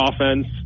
offense